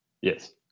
Yes